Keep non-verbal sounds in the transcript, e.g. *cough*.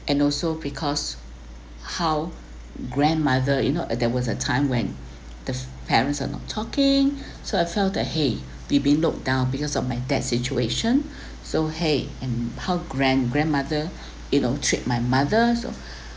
and also because how grandmother you know uh there was a time when *breath* the parents are not talking *breath* so I felt that !hey! we being looked down because of my dad situation *breath* so !hey! and how grand~ grandmother *breath* you know treat my mother so *breath*